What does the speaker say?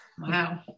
Wow